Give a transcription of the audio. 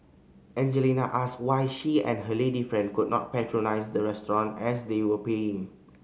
Angelina asked why she and her lady friend could not patronise the restaurant as they were paying